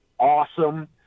awesome